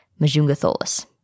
Majungatholus